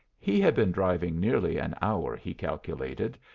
he had been driving nearly an hour, he calculated,